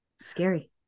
Scary